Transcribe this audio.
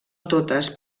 totes